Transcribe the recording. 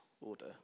order